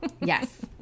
Yes